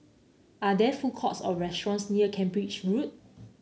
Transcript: are there food courts or restaurants near Cambridge Road